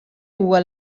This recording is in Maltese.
huwa